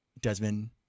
Desmond